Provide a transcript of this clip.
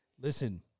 Listen